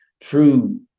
true